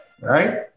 Right